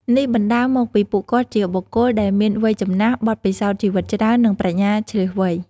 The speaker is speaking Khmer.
នេះបណ្ដាលមកពីពួកគាត់ជាបុគ្គលដែលមាន វ័យចំណាស់ បទពិសោធន៍ជីវិតច្រើន និងប្រាជ្ញាឈ្លាសវៃ។